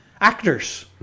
actors